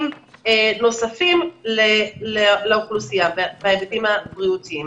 נוספים לאוכלוסייה בהיבטים הבריאותיים.